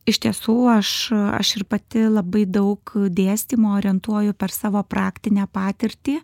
iš tiesų aš aš ir pati labai daug dėstymo orientuoju per savo praktinę patirtį